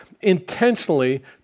intentionally